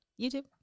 YouTube